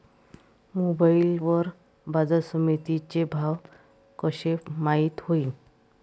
Mobile वर बाजारसमिती चे भाव कशे माईत होईन?